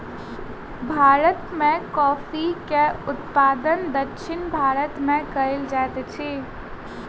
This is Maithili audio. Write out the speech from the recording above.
भारत में कॉफ़ी के उत्पादन दक्षिण भारत में कएल जाइत अछि